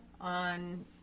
on